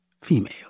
female